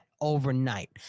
Overnight